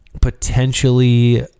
potentially